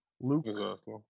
Luke